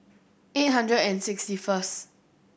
eight hundred and sixty first